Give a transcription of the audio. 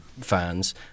fans